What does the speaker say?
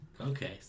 Okay